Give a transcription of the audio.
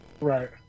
Right